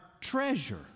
treasure